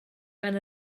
gan